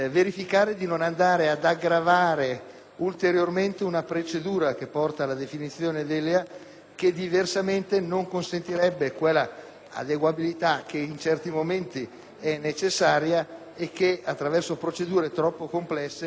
che diversamente non consentirebbe quella adeguabilità che in certi momenti è necessaria e che attraverso procedure troppo complesse rischierebbe di rendere fuori tempo le variazioni.